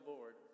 Lord